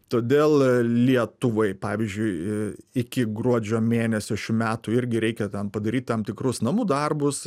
todėl lietuvai pavyzdžiui iki gruodžio mėnesio šių metų irgi reikia ten padaryti tam tikrus namų darbus